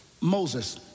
Moses